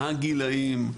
מה הגילאים,